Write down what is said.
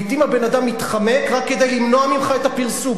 לעתים הבן-אדם מתחמק רק כדי למנוע ממך את הפרסום,